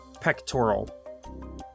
Pectoral